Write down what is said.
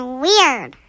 weird